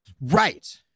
Right